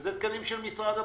ואלה תקנים של משרד הבריאות.